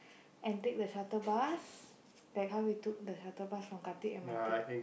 and take the shuttle bus like how we took the shuttle bus from Khatib M_R_T